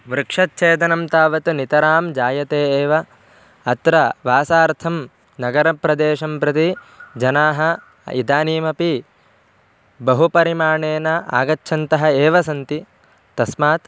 वृक्षच्छेदनं तावत् नितरां जायते एव अत्र वासार्थं नगरप्रदेशं प्रति जनाः इदानीमपि बहुपरिमाणेन आगच्छन्तः एव सन्ति तस्मात्